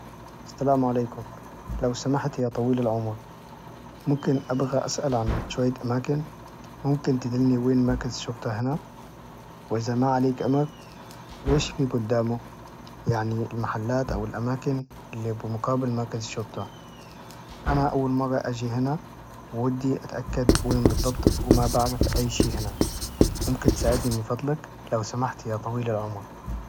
السلام عليكم، لو سمحت يا طويل العمر، ممكن أبغى أسأل عن شوية أماكن، ممكن تدلني وين مركز الشرطة هنا؟ وإذا ما عليك أمر، ويش في قدامه؟ يعني المحلات أو الأماكن إللي بمقابل مركز الشرطة، أنا أول مرة أجي هنا، ودي أتأكد وين بالضبط؟ وما بعرف أي شي هنا، ممكن تساعدني من فضلك؟ لو سمحت يا طويل العمر.